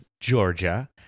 Georgia